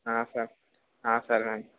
sir సరే అండి